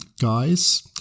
Guys